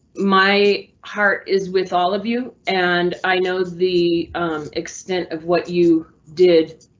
my heart is with all of you and i know the extent of what you did.